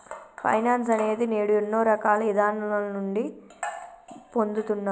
finance అనేది నేడు ఎన్నో రకాల ఇదానాల నుండి పొందుతున్నారు